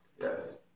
Yes